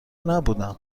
نبودم